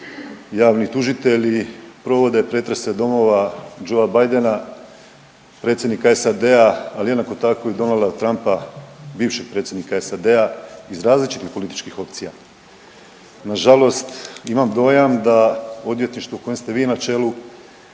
javni tužitelji provode pretrese domova Joea Bidena, predsjednika SAD-a, ali jednako tako i Donalda Trumpa, bivšeg predsjednika SAD-a iz različitih političkih opcija. Nažalost imam dojam da odvjetništvo u kojem ste vi na čelu